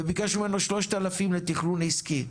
וביקשנו ממנו 3,000 לתכנון עסקי,